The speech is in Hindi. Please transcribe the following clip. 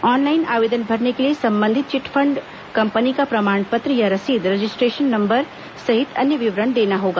ऑनलाइन आवेदन भरने के लिए संबंधित चिटफंड कंपनी का प्रमाण पत्र या रसीद रजिस्ट्रेशन नंबर सहित अन्य विवरण देना होगा